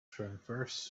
transverse